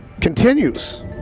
continues